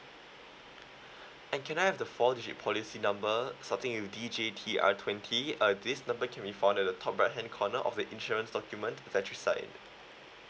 and can I have the four digit policy number something with D J T R twenty uh this number can be found at the top right hand corner of the insurance document side